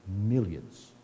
millions